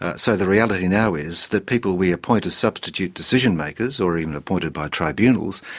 ah so the reality now is that people we appoint as substitute decision-makers, or even appointed by tribunals,